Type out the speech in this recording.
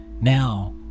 now